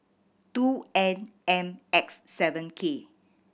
two N M X seven K